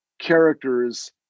characters